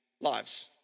lives